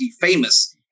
famous